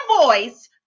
voice